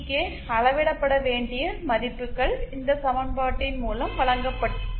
K அளவிடப்பட வேண்டிய மதிப்புகள் இந்த சமன்பாட்டின் மூலம் வழங்கப்படுகின்றன